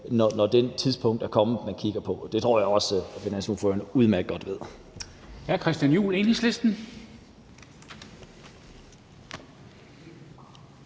når det tidspunkt er kommet. Og det tror jeg også finansordføreren udmærket godt ved.